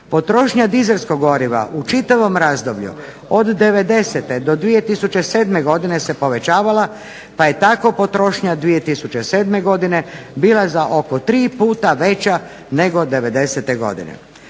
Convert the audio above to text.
Potrošnja dizelskog goriva u čitavom razdoblju od 1990. do 2007. godine se povećavala, pa je tako potrošnja 2007. godine bila za oko tri puta veća nego 1990. godine.